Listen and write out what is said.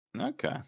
Okay